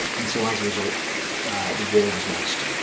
and so as a result the war was lost.